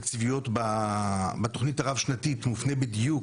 התקציביות בתוכנית הרב-שנתית מופנה בדיוק